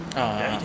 oh ah